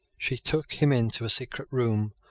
she took him into a secret room,